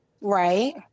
Right